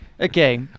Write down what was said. Okay